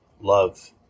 love